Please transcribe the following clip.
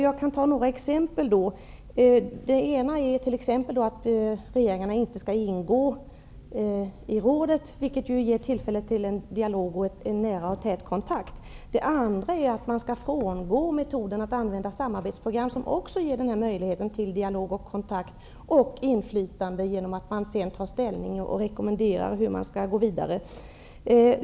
Jag vill ge några exempel. Det ena exemplet är att regeringarna inte skall ingå i rådet, något som skulle ge tillfälle till en dialog och en nära och tät kontakt. Det andra exemplet är att man skall frångå metoden att använda samarbetsprogram, som ger möjlighet till dialog, kontakter och inflytande genom att man tar ställning och rekommenderar hur man skall gå vidare.